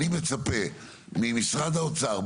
אני מצפה ממשרד האוצר,